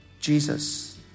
Jesus